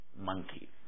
monkey